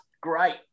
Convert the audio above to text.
great